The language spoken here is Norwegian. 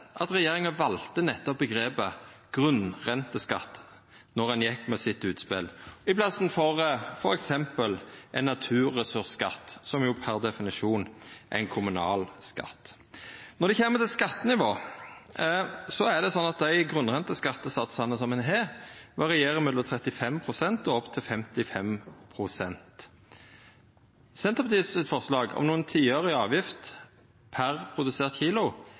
at regjeringa valde nettopp omgrepet «grunnrenteskatt» då ein gjekk ut med utspelet sitt, i staden for f.eks. ein naturressursskatt, som per definisjon er ein kommunal skatt. Når det kjem til skattenivå, er det slik at dei grunnrenteskattesatsane som ein har, varierer mellom 35 pst. og opp til 55 pst. Senterpartiet sitt forslag om nokre tiørar i avgift per produsert